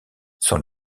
sont